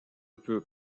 peut